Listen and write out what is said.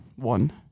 One